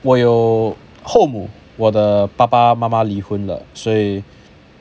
我有后母我的爸爸妈妈离婚了所以